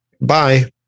Bye